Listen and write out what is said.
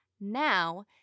Now